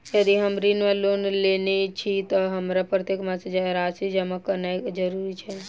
यदि हम ऋण वा लोन लेने छी तऽ हमरा प्रत्येक मास राशि जमा केनैय जरूरी छै?